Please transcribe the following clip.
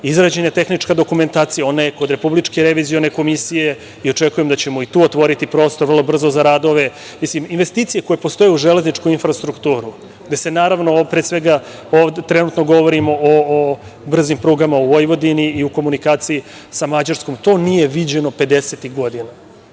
izrađena je tehnička dokumentacija, ona je kod Republičke revizione komisije i očekujem da ćemo i tu otvoriti prostor vrlo brzo za rad. Mislim, investicije koje postoje u železničkoj infrastrukturi, gde se, naravno, ovde pre svega govorim o brzim prugama u Vojvodini i o komunikaciji sa Mađarskom, to nije viđeno 50 godina. To